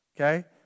okay